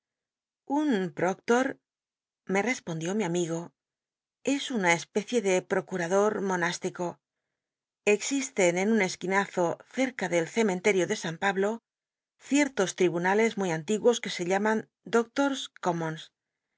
un proclot me respondió mi amigo es una especie de procurador monástico existen en un esquinazo cerca del cementerio de san pablo éicttos tdbunalcs muy antiguos c uc se llaman doclors